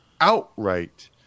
Outright